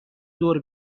دور